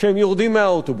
כשהם יורדים מהאוטובוס.